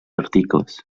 articles